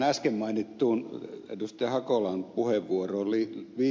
äsken mainittuun ed